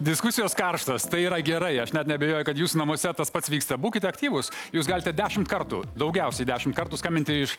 diskusijos karštos tai yra gerai aš net neabejoju kad jūs namuose tas pats vyksta būkit aktyvūs jūs galite dešimt kartų daugiausiai dešimt kartų skambinti iš